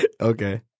Okay